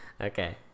okay